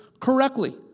correctly